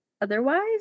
otherwise